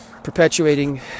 Perpetuating